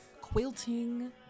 quilting